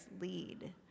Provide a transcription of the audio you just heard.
lead